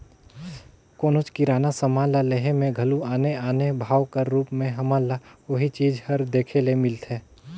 कोनोच किराना समान ल लेहे में घलो आने आने भाव कर रूप में हमन ल ओही चीज हर देखे ले मिलथे